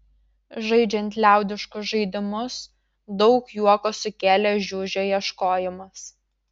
žaidžiant liaudiškus žaidimus daug juoko sukėlė žiužio ieškojimas